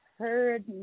heard